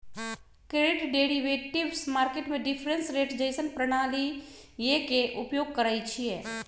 credit derivatives market में difference rate जइसन्न प्रणालीइये के उपयोग करइछिए